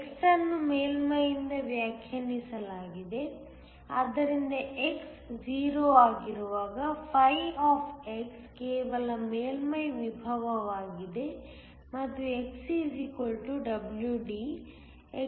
x ಅನ್ನು ಮೇಲ್ಮೈಯಿಂದ ವ್ಯಾಖ್ಯಾನಿಸಲಾಗಿದೆ ಆದ್ದರಿಂದ x 0 ಆಗಿರುವಾಗ φ ಕೇವಲ ಮೇಲ್ಮೈ ವಿಭವವಾಗಿದೆ ಮತ್ತು x WD x 0